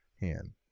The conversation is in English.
hand